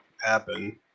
happen